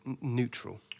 neutral